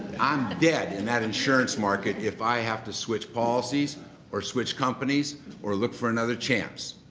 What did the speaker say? i'm dead in that insurance market if i have to switch policies or switch companies or look for another chance.